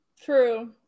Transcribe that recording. True